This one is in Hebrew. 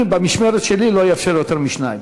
במשמרת שלי לא אאפשר ליותר משניים.